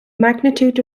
magnitude